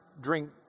drink